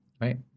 right